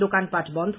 দোকানপাঠ বন্ধ